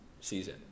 season